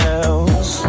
else